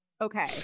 Okay